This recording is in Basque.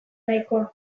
nahikoa